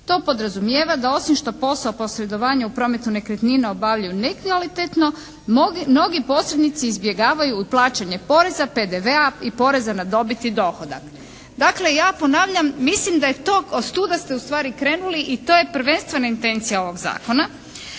To podrazumijeva da osim što posao posredovanja u prometu nekretnina obavljaju nekvalitetno mnogi posrednici izbjegavaju plaćanje poreza, PDV-a i poreza na dobit i dohodak. Dakle ja ponavljam mislim da je to, od tuda ste ustvari krenuli i to je prvenstvena intencija ovog Zakona.